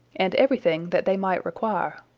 and everything that they might require.